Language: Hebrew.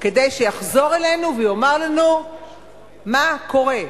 כדי שיחזור אלינו ויאמר לנו מה קורה.